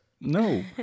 No